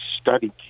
study